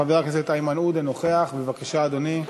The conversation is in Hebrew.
חבר הכנסת איימן עודה נוכח, בבקשה, אדוני.